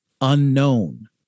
unknown